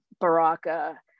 Baraka